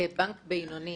כבנק בינוני